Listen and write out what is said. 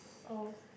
oh